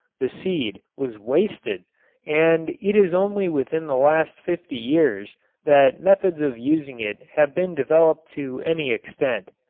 the seed, was wasted and it is only within the last fifty years that methods of using it have been developed to any extent.